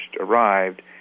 arrived